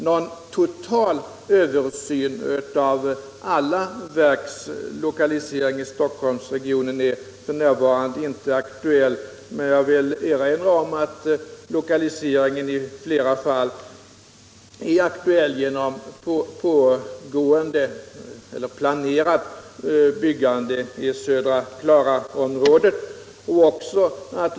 Någon total översyn av alla verks lokalisering i Stockholms region är f.n. inte aktuell. Men jag vill erinra om att lokalisering i flera fall är aktuell genom det planerade byggandet i södra Klaraområdet.